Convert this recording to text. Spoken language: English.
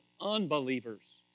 unbelievers